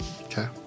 Okay